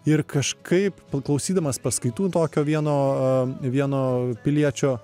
ir kažkaip paklausydamas paskaitų tokio vieno vieno piliečio